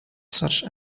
such